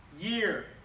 year